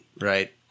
right